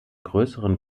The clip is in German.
größeren